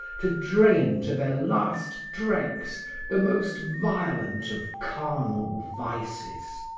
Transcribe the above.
to drain to their last dregs the most violent of carnal vices.